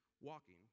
walking